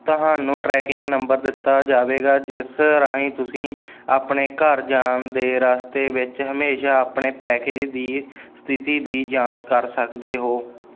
ਤੁਹਾਨੂੰ tracking number ਦਿੱਤਾ ਜਾਵੇਗਾ ਜਿਸ ਰਾਹੀਂ ਤੁਸੀਂ ਆਪਣੇ ਘਰ ਜਾਣ ਦੇ ਰਸਤੇ ਵਿੱਚ ਹਮੇਸ਼ਾ ਆਪਣੇ ਪੈਕੇਜ ਦੀ ਸਥਿਤੀ ਦੀ ਜਾਂਚ ਕਰ ਸਕਦੇ ਹੋ